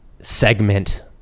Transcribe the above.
segment